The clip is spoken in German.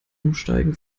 umsteigen